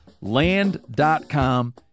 Land.com